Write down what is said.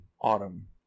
Autumn